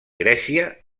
grècia